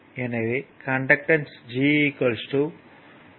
எனவே current I V R 30 5 6 ampere இருக்கும்